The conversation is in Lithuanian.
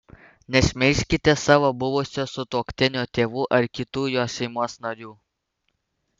nešmeižkite savo buvusio sutuoktinio tėvų ar kitų jo šeimos narių